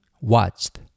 watched